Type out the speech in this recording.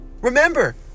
Remember